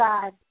God